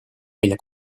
mille